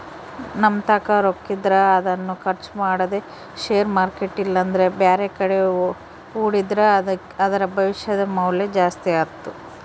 ನಮ್ಮತಾಕ ರೊಕ್ಕಿದ್ರ ಅದನ್ನು ಖರ್ಚು ಮಾಡದೆ ಷೇರು ಮಾರ್ಕೆಟ್ ಇಲ್ಲಂದ್ರ ಬ್ಯಾರೆಕಡೆ ಹೂಡಿದ್ರ ಅದರ ಭವಿಷ್ಯದ ಮೌಲ್ಯ ಜಾಸ್ತಿ ಆತ್ತು